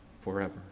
forever